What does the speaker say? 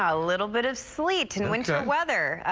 a little bit of sleet and winter weather.